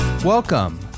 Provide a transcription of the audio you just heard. Welcome